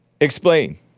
Explain